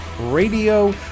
Radio